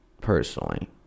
personally